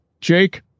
Jake